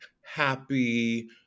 happy